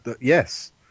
Yes